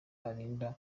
arinda